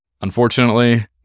Unfortunately